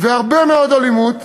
הרבה מאוד אלימות,